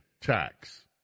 tax